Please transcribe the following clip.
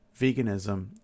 Veganism